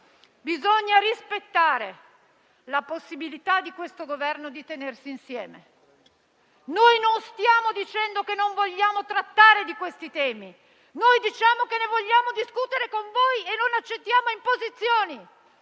bisogna rispettare la possibilità di questo Governo di tenersi insieme. Noi non stiamo dicendo che non vogliamo trattare questi temi, ma diciamo che ne vogliamo discutere con voi e che non accettiamo imposizioni.